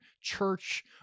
church